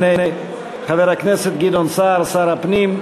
הנה, חבר הכנסת גדעון סער, שר הפנים.